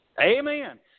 Amen